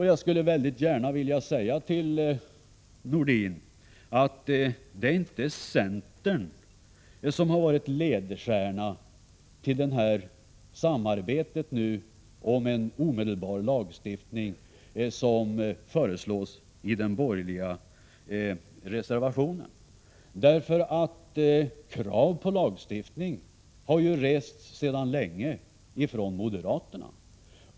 Jag skulle gärna vilja säga till Sven-Erik Nordin att det inte är centern som har varit ledstjärnan i samarbetet om en omedelbar lagstiftning, som föreslås i den borgerliga reservationen, därför att krav på lagstiftning ju rests sedan länge från moderaterna.